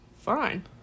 Fine